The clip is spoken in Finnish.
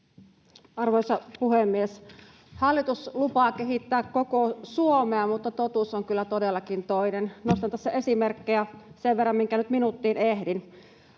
Arvoisa puhemies! Hallitus lupaa kehittää koko Suomea, mutta totuus on kyllä todellakin toinen. Nostan tässä esimerkkejä sen verran, minkä nyt minuuttiin ehdin.